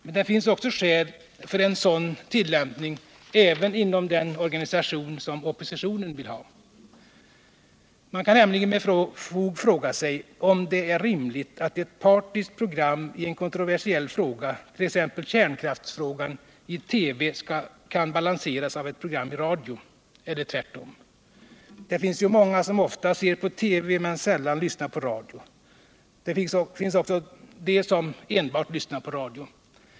Men det finns också skäl för en sådan tillämpning även inom den organisation som oppositionen vill ha. Man kan nämligen med fog fråga sig, om det är rimligt att ett klart partiskt program i TV som rör en kontroversiell fråga, t.ex. kärnkraftsfrågan, kan balanseras av ett program i radio, eller tvärtom. Det finns ju många som ofta ser på TV men sällan lyssnar på radio. Det finns också de som enbart lyssnar på radio.